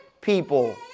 people